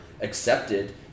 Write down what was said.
accepted